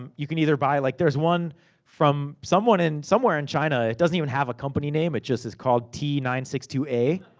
um you can either buy. like, there's one from someone, somewhere in china, it doesn't even have a company name, it just is called t nine six two a.